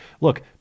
Look